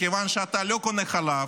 מכיוון שאתה לא קונה חלב,